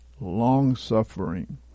long-suffering